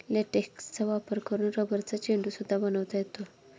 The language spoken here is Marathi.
लेटेक्सचा वापर करून रबरचा चेंडू सुद्धा बनवता येतो